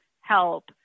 help